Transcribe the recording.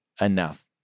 enough